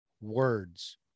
words